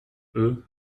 eux